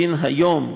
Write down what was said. סין היום,